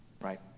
right